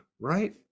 right